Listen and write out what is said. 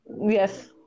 Yes